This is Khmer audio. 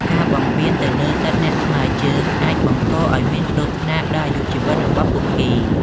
ការបំពានទៅលើសិទ្ធិអ្នកថ្មើរជើងអាចបង្កឱ្យមានគ្រោះថ្នាក់ដល់អាយុជីវិតរបស់ពួកគេ។